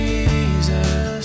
Jesus